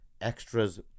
extras